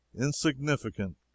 insignificant